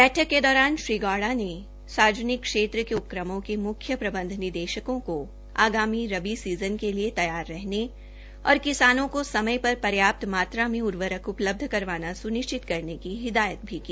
बैठक के दौरान श्री गौड़ा ने सार्वजनिक क्षेत्र के उपक्रमों के मख्य प्रबंध निदेशकों को आगामी रबी सीजन के लिए तैयार रहने और किसानों को समय पर पर्याप्त मात्रा में उर्वरक उपलब्ध करवाना सुनिश्चित करने की हिदायत भी की